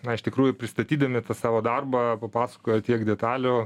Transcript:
na iš tikrųjų pristatydami savo darbą papasakojo tiek detalių